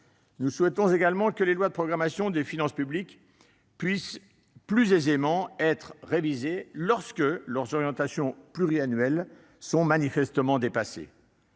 Nous souhaitons également que les lois de programmation des finances publiques puissent être plus aisément révisées lorsque leurs orientations pluriannuelles sont manifestement dépassées.